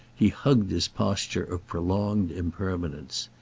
he hugged his posture of prolonged impermanence.